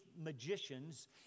magicians